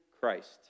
Christ